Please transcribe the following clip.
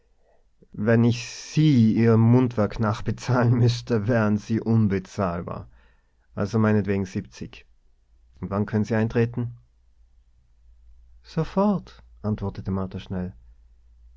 wenn ich sie ihrem mundwerk nach bezahlen müßte wären sie unbezahlbar also meinetwegen siebzig und wann können sie eintreten sofort antwortete